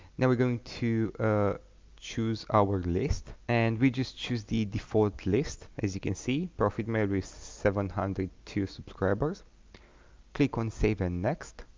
now we're going to choose our list and we just choose the default list as you can see profit mail is seven hundred to subscribers click on save and next